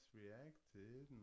reacted